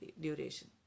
duration